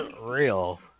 Real